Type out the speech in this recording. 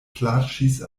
plaĉis